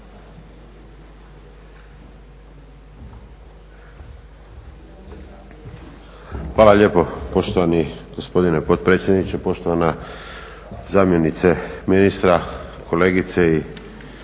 Hvala lijepo. Poštovani gospodine potpredsjedniče, poštovana zamjenice ministra, kolegice i